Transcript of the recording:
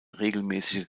regelmäßige